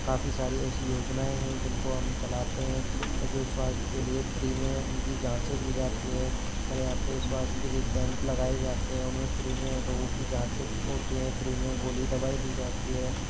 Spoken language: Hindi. काफ़ी सारी ऐसी योजनाएं हैं जिन को हम चलाते हैं जो स्वास्थ्य के लिए फ़्री में उनकी जाँचें की जाती हैं हमारे यहाँ पे स्वास्थ्य के लिए कैंप लगाए जाते हैं उन में फ़्री में लोगो की जाँचें होती हैं फ़्री में गोली दवाई दी जाती है